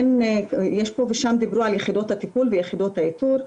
פה ושם דיברו על יחידות הטיפול ויחידות האיתור,